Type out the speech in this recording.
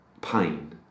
pain